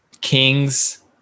Kings